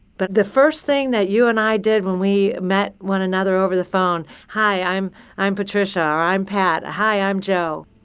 but the first thing that you and i did when we met one another over the phone. hi, i'm i'm patricia, or i'm pat. hi, i'm joe.